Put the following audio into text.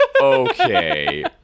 Okay